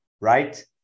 right